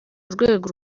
rwego